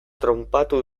tronpatu